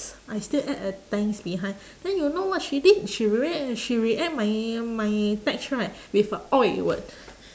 I still add a thanks behind then you know what she did she re~ she react my my text right with a !oi! word